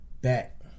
back